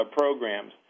programs